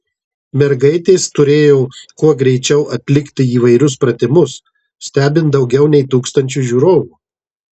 mergaitės turėjo kuo greičiau atlikti įvairius pratimus stebint daugiau nei tūkstančiui žiūrovų